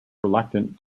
reluctant